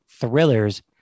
thrillers